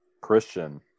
Christian